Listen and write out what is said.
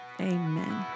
amen